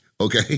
okay